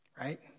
Right